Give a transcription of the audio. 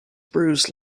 bruise